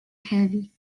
heavy